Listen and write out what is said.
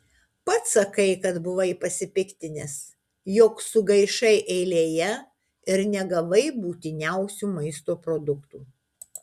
pats sakai kad buvai pasipiktinęs jog sugaišai eilėje ir negavai būtiniausių maisto produktų